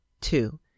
two